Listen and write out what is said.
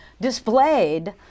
displayed